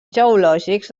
geològics